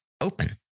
open